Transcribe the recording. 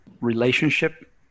relationship